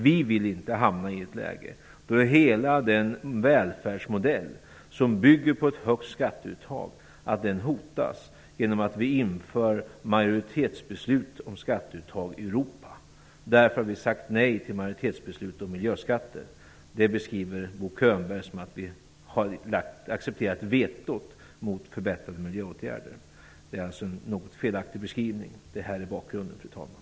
Vi vill inte hamna i ett läge där hela den välfärdsmodell som bygger på ett högt skatteuttag hotas genom att vi inför majoritetsbeslut om skatteuttag i Europa. Därför har vi sagt nej till majoritetsbeslut om miljöskatter. Det beskriver Bo Könberg som att vi har accepterat vetot mot förbättrade miljöåtgärder. Det är alltså en något felaktig beskrivning. Det här är bakgrunden, fru talman.